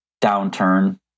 downturn